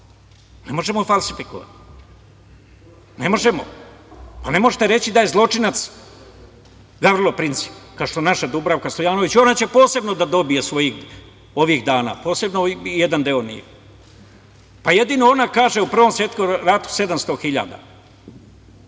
ne možemo falsifikovati. Ne možete reći da je zločinac Gavrilo Princip, kao što naša Dubrovka Stojanović, ona će posebno da dobije ovih dana, posebno jedan deo … jedino ona kaže - u Prvom svetskom ratu 700.000.